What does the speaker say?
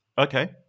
Okay